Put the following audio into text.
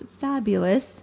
fabulous